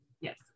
Yes